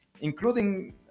including